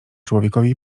człowiekowi